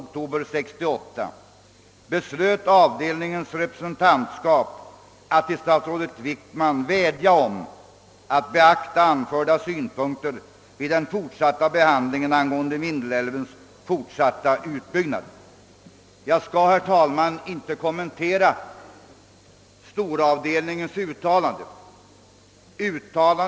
1968 beslutade avdelningens representantskap att till Herr Statsrådet vädja om att beakta anförda synpunkter vid den fortsatta behandlingen ang. Vindelälvens fortsatta utbyggnad.» Jag skall, herr talman, inte kommentera storavdelningens uttalande.